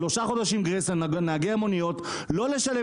שלושה חודשים גרייס לנהגי המוניות לא לשלם